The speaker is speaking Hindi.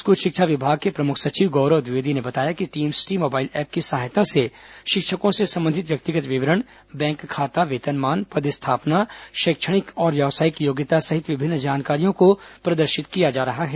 स्कूल शिक्षा विभाग के प्रमुख सचिव गौरव द्विवेदी ने बताया कि टीम्स टी मोबाईल ऐप की सहायता से शिक्षकों से संबंधित व्यक्तिगत विवरण बैंक खाता वेतनमान पदस्थापना शैक्षणिक और व्यावसायिक योग्यता सहित विभिन्न जानकारियों को प्रदर्शित किया जा रहा है